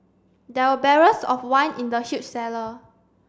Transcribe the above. there were barrels of wine in the huge cellar